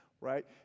right